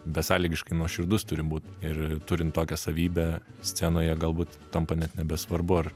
besąlygiškai nuoširdus turi būt ir turint tokią savybę scenoje galbūt tampa net nebesvarbu ar